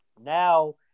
now